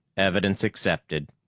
evidence accepted.